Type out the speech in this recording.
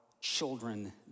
children